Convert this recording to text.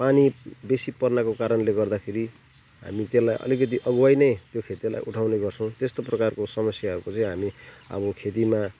पानी बेसी पर्नाको कारणले गर्दाखेरि हामी त्यसलाई अलिकति अग्वाई नै त्यो खेतीलाई उठाउने गर्छौँ त्यस्तो प्रकारको समस्याहरूको चाहिँ हामी अब खेतीमा